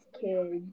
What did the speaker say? kids